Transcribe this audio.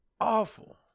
awful